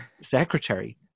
secretary